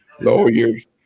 lawyers